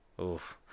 Oof